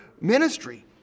ministry